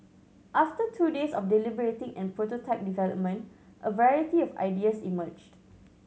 after two days of deliberating and prototype development a variety of ideas emerged